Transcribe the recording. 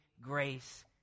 grace